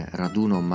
raduno